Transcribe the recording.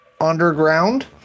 underground